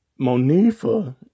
Monifa